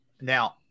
now